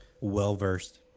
Well-versed